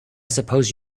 suppose